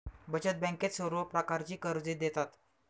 बचत बँकेत सर्व प्रकारची कर्जे देतात